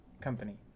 company